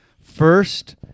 First